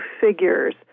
figures